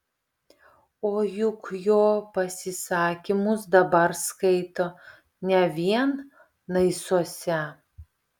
o juk jo pasisakymus dabar skaito ne vien naisiuose